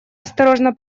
осторожно